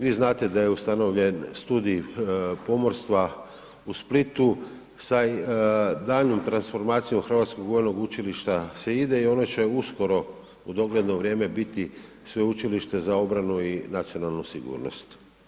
Vi znate da je ustanovljen Studij pomorstva u Splitu sa daljnjom transformacijom Hrvatskog vojnog učilišta se ide i ono će uskoro u dogledno vrijeme biti Sveučilište za obranu i nacionalnu sigurnost.